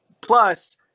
Plus –